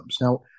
Now